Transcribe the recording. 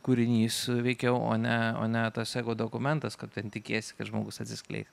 kūrinys veikiau o ne o ne tas ego dokumentas kad ten tikiesi kad žmogus atsiskleis